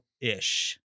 ish